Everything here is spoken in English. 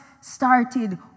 started